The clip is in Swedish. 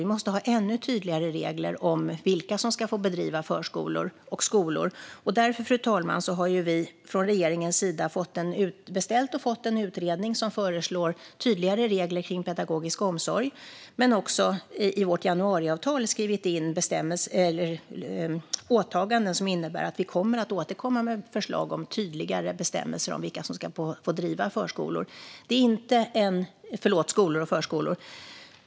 Vi måste ha ännu tydligare regler för vilka som ska få driva skolor och förskolor. Därför har regeringen beställt och fått betänkande från en utredning där man föreslår tydligare regler om pedagogisk omsorg. Vi har också i vårt januariavtal skrivit in åtaganden som innebär att vi kommer att återkomma med förslag om tydligare bestämmelser om vilka som ska få driva skolor och förskolor.